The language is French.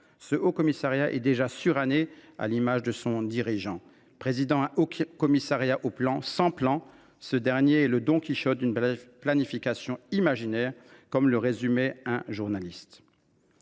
Ce Haut Commissariat est déjà suranné, à l’image de son dirigeant. Présidant un Haut Commissariat au plan, sans plan, ce dernier est le « Don Quichotte d’une planification imaginaire », comme le résumait un journaliste.